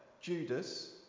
Judas